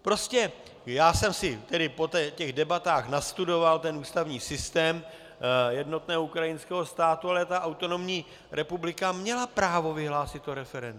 Prostě já jsem si po těch debatách nastudoval ústavní systém jednotného ukrajinského státu, ale ta autonomní republika měla právo vyhlásit referendum.